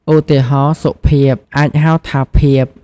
ឧទាហរណ៍ “សុភាព” អាចហៅថា “ភាព”។